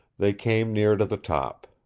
they came near to the top.